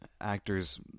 actors